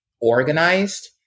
organized